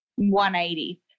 180